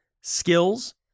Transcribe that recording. skills